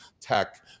tech